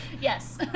Yes